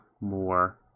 more